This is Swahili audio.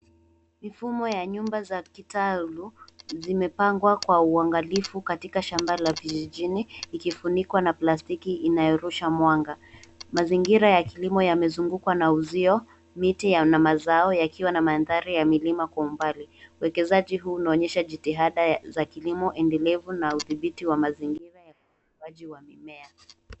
Mifumo ya nyumba za kitaalum zimepangwa kwa uangalifu katika shamba la kijijini ikifunikwa na plastiki inayorusha mwanga. Mazingira ya kilimo yamezungukwa na uzio, miti na mazao yakiwa na mandhari ya milima kwa umbali. Uwekezaji huu unaonyesha jitihada za kilimo endelevu na udhibiti wa mazingira ya ukuaji wa mimea.